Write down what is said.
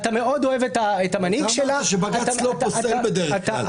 אתה מאוד אוהב את המנהיג שלה --- אתה אמרת שבג"ץ לא פוסל בדרך כלל,